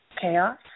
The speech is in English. chaos